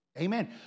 Amen